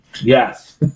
Yes